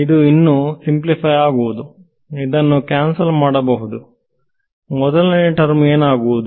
ಇದು ಇನ್ನು ಸಿಂಪ್ಲಿಫೈ ಆಗುವುದು ಇದನ್ನು ಕ್ಯಾನ್ಸಲ್ ಮಾಡಬಹುದುಮೊದಲನೇ ಟರ್ಮ ಏನಾಗುವುದು